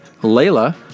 Layla